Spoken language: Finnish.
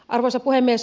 arvoisa puhemies